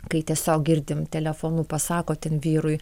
kai tiesiog girdim telefonu pasako ten vyrui